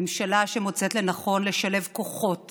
ממשלה שמוצאת לנכון לשלב כוחות